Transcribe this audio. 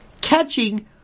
Catching